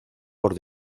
por